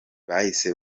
bahise